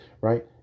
right